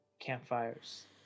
campfires